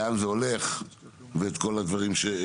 לאן זה הולך ואת כל הדברים שצריך,